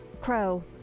crow